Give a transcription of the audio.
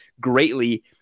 greatly